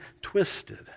twisted